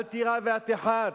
אל תירא ואל תחת,